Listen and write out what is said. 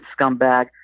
scumbag